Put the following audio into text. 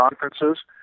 conferences